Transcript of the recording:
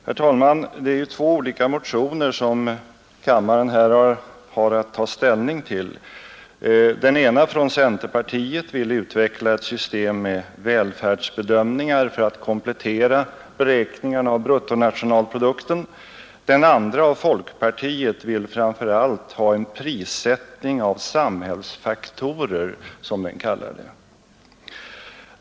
Herr talman! Det är två olika motioner som kammaren nu har att ta ställning till. I den ena, från centerpartiet, vill man utveckla ett system med välfärdsbedömningar för att komplettera beräkningarna av bruttonationalprodukten. I den andra, från folkpartiet, vill man framför allt ha en prissättning av samhällsfaktorer, som man kallar det.